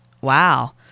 Wow